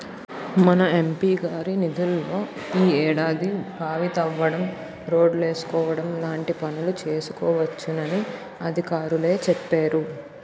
మన ఎం.పి గారి నిధుల్లో ఈ ఏడాది బావి తవ్వించడం, రోడ్లేసుకోవడం లాంటి పనులు చేసుకోవచ్చునని అధికారులే చెప్పేరు